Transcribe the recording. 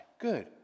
Good